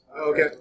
Okay